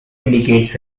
indicates